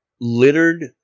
littered